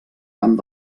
camp